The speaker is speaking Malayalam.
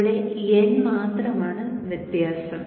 ഇവിടെ N മാത്രമാണ് വ്യത്യാസം